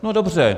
No dobře.